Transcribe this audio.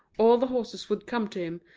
all the horses would come to him,